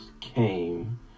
came